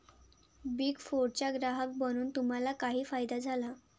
Big फोरचा ग्राहक बनून तुम्हाला काही फायदा झाला?